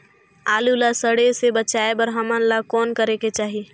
आलू ला सड़े से बचाये बर हमन ला कौन करेके चाही?